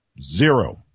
zero